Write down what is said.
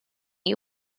you